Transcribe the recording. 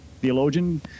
theologian